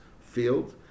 field